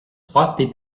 trois